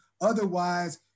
Otherwise